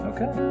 Okay